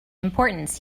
importance